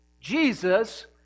Jesus